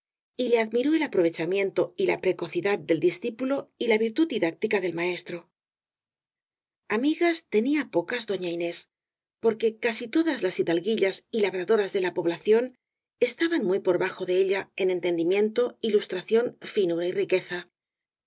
y él admiró el aprovechamiento y la precocidad del discípulo y la virtud didáctica del maestro amigas tenía pocas doña inés porque casi todas las hidalguillas y labradoras de la población estai ban muy por bajo de ella en entendimiento ilus tración finura y riqueza